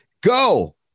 go